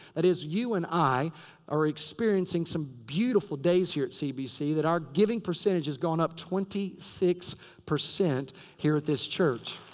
that is, you and i are experiencing some beautiful days here at cbc. that our giving percentage has gone up twenty six percent here at this church.